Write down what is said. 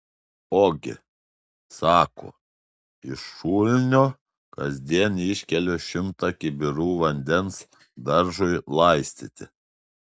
ogi sako iš šulinio kasdien iškeliu šimtą kibirų vandens daržui laistyti